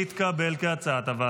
נתקבל.